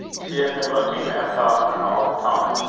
she had been looking at falconer all the time.